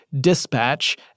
dispatch